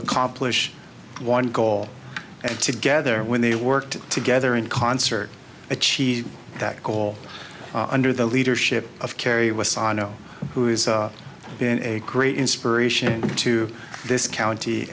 accomplish one goal and together when they worked together in concert achieve that goal under the leadership of kerry was sano who is been a great inspiration to this county